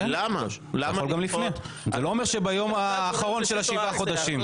זה לא אומר שביום האחרון של שבעה החודשים.